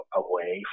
away